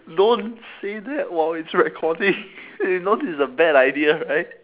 don't say that while it's recording you know this is a bad idea right